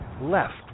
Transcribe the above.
left